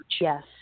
Yes